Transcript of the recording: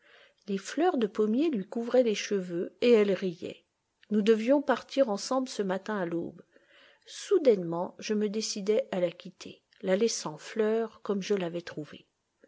les fleurs de pommier lui couvraient les cheveux et elle riait nous devions partir ensemble ce matin à l'aube soudainement je me décidai à la quitter la laissant fleur comme je l'avais trouvée